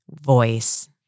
voice